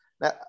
Now